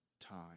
time